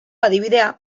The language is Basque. adibidea